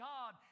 God